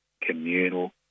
communal